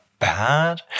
bad